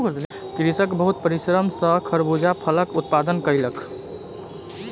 कृषक बहुत परिश्रम सॅ खरबूजा फलक उत्पादन कयलक